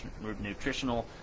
nutritional